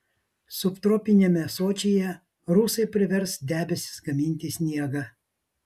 subtropiniame sočyje rusai privers debesis gaminti sniegą